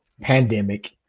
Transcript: Pandemic